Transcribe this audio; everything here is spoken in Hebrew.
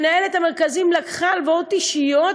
מנהלת המרכזים לקחה הלוואות אישיות,